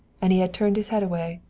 and he had turned his head away.